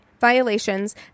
violations